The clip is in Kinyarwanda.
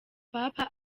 papa